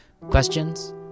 questions